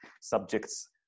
subjects